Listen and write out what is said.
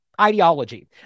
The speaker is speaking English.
ideology